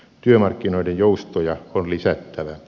työmarkkinoiden joustoja on lisättävä